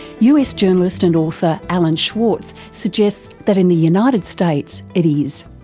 us journalist and author, alan schwarz suggests that in the united states it is.